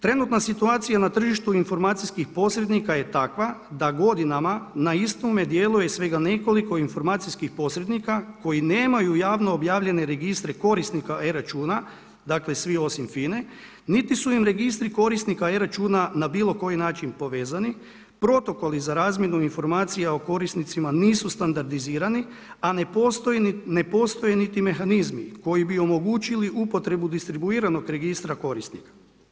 Trenutna situacija na tržištu informacijskih posrednika je takva da godinama na istome djeluje svega nekoliko informacijskih posrednika koji nemaju javno objavljene registre korisnika e računa, dakle svi osim FINA-e, niti su im registri korisnika e računa na bilo koji način povezani, protokoli za razmjenu informacija o korisnicima nisu standardizirani, a ne postoje niti mehanizmi koji bi omogućili upotrebu distribuiranog registra korisnika.